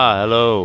hello